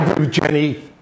Jenny